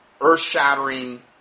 earth-shattering